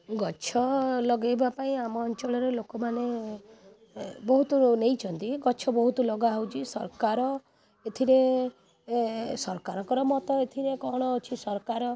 ଗଛ ଲଗାଇବା ପାଇଁ ଆମ ଅଞ୍ଚଳର ଲୋକମାନେ ଏ ବହୁତ ନେଇଛନ୍ତି ଗଛ ବହୁତ ଲଗା ହେଉଛି ସରକାର ଏଥିରେ ଏ ସରକାରଙ୍କର ମତ ଏଥିରେ କ'ଣ ଅଛି ସରକାର